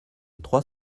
trois